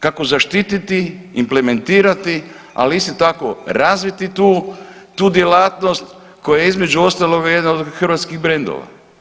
Kako zaštititi, implementirati, ali isto tako razviti tu djelatnost, koja je između ostaloga jedan od hrvatskih brendova?